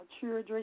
children